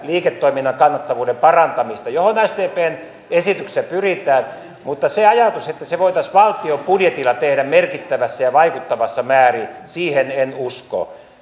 liiketoiminnan kannattavuuden parantamista johon sdpn esityksessä pyritään mutta siihen ajatukseen että se voitaisiin valtion budjetilla tehdä merkittävässä ja vaikuttavassa määrin en usko